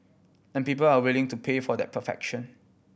and people are willing to pay for that perfection